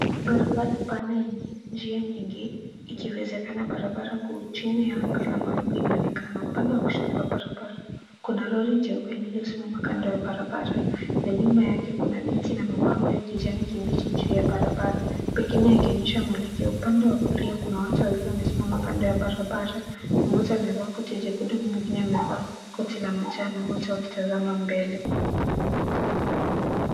Barabara pana yenye njia nyingi ikiwezekana barabara kuu chini ya anga la mawingi inaonekana. Upande wa kushoto wa barabara kuna lori jeupe lili